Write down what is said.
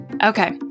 Okay